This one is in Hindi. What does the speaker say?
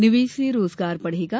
निवेश से रोजगार बढ़ेगा